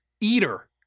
eater